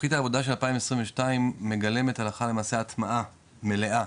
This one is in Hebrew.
תוכנית העבודה של הרשות של 2022 מגלמת הלכה למעשה הטמעה מלאה